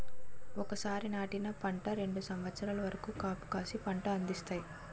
ఒకసారి నాటిన పంట రెండు సంవత్సరాల వరకు కాపుకాసి పంట అందిస్తాయి